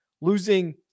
losing